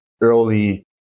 early